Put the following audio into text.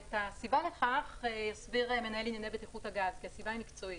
את הסיבה לכך יסביר מנהל ענייני בטיחות הגז כי הסיבה היא מקצועית.